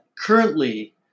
currently